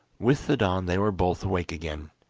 with the dawn they were both awake again,